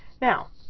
Now